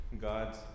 God